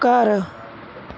ਘਰ